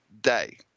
day